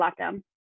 lockdown